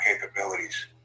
capabilities